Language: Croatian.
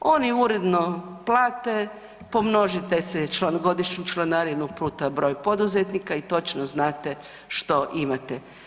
Oni uredno plate, pomnožite godišnju članarinu puta broj poduzetnika i točno znat što imate.